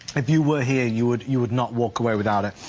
if you were here you would you would not walk away without a.